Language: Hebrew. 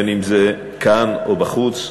אם כאן או בחוץ,